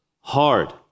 hard